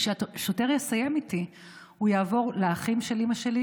כשהשוטר יסיים איתי הוא יעבור לאחים של אימא שלי,